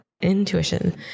Intuition